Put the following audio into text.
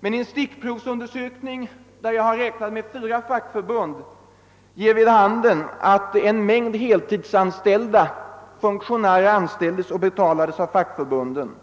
men en stickprovsundersökning, där jag har räknat med fyra fackförbund, ger vid handen att en mängd heltidsanställda funktionärer anställdes och betalades av fackförbunden.